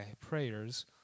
prayers